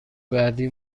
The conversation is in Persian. بعدی